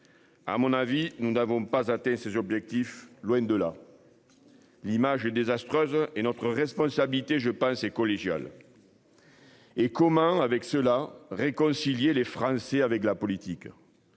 À mon avis, nous n'avons pas atteint ses objectifs, loin de là. L'image est désastreuse et notre responsabilité je pense et collégiale. Hé commun avec ceux-là réconcilier les Français avec la politique.